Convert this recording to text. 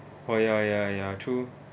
oh ya ya ya true